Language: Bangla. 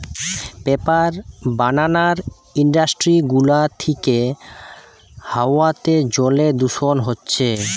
পেপার বানানার ইন্ডাস্ট্রি গুলা থিকে হাওয়াতে জলে দূষণ হচ্ছে